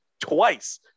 Twice